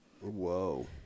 whoa